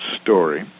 story